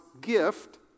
gift